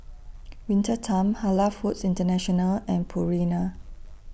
Winter Time Halal Foods International and Purina